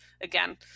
again